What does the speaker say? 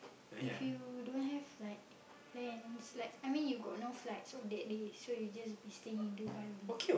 if you don't have like plans like I mean you got no flight so that day so you just be staying in Dubai only